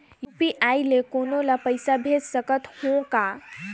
UPI ले कोनो ला पइसा भेज सकत हों का?